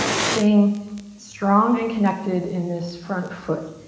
staying strong and connected in this front foot.